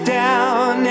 down